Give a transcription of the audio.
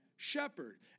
Shepherd